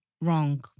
Wrong